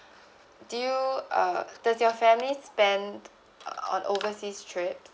do you uh does your family spend uh on overseas trip